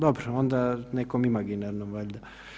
Dobro, onda nekom imaginarnom valjda.